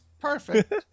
perfect